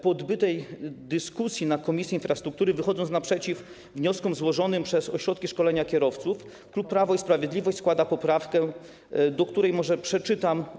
Po odbytej dyskusji w Komisji Infrastruktury, wychodząc naprzeciw wnioskom złożonym przez ośrodki szkolenia kierowców, klub Prawo i Sprawiedliwość składa poprawkę, której uzasadnienie przeczytam.